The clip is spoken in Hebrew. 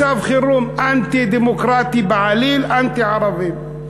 מצב חירום, אנטי-דמוקרטי בעליל, אנטי-ערבים.